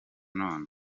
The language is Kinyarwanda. none